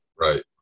Right